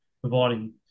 providing